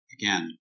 again